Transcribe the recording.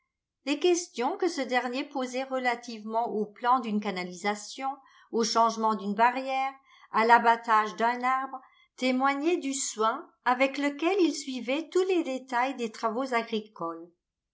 les questions que ce dernier posait relativement au plan d'une canalisation au changement d'une barrière à l'abatage d'un arbre témoignaient du soin avec lequel il suivait tous les détails des travaux agricoles